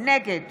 נגד